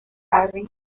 harry